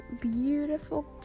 beautiful